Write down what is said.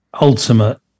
ultimate